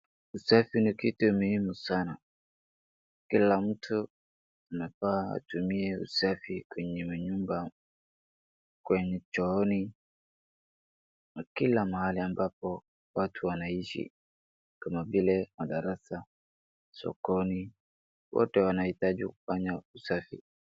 Usafi ni kitu muhimu sana. Kila mtu anafaa awe na usafi kwenye nyumba, kwenye chooni na kila mahali ambapo watu wanaishi kama vile madarasa, sokoni, wote wanahitaji kufanya usafi.